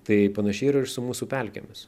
tai panašiai yra ir su mūsų pelkėmis